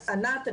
ענת,